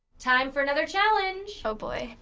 time for another challenge. oh boy.